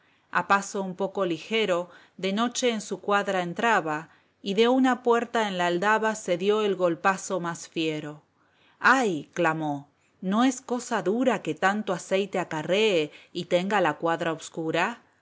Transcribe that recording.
a paso un poco ligero de noche en su cuadra entraba y de una puerta en la aldaba se dió el golpazo más fiero ay clamó no es cosa dura que tanto aceite acarree y tenga la cuadra obscura